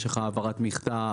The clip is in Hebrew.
משך העברת מכתב,